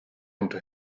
into